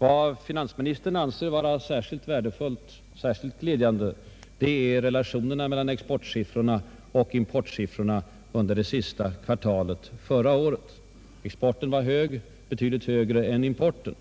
Vad finansministern anser vara särskilt glädjande är relationerna mellan exportsiffrorna och importsiffrorna under sista kvartalet förra året. Exporten var då betydligt högre än importen.